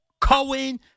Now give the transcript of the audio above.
Cohen